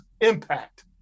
impact